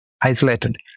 isolated